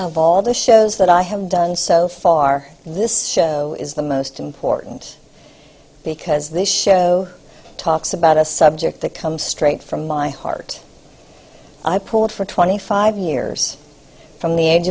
of all the shows that i have done so far this is the most important because this show talks about a subject that comes straight from my heart i pulled for twenty five years from the age